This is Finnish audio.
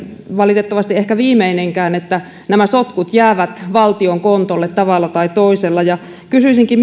valitettavasti ehkä viimeinenkään kun nämä sotkut jäävät valtion kontolle tavalla tai toisella kysyisinkin